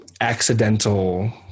accidental